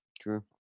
True